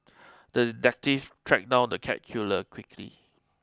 the detective tracked down the cat killer quickly